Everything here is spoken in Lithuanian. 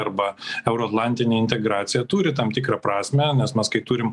arba euroatlantinė integracija turi tam tikrą prasmę nes mes kai turim